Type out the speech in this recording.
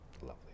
Lovely